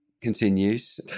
continues